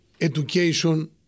education